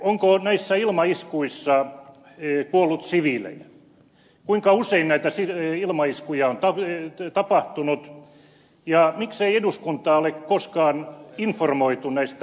onko näissä ilmaiskuissa kuollut siviilejä kuinka usein näitä ilmaiskuja on tapahtunut ja miksei eduskuntaa ole koskaan informoitu näistä ilmaiskuista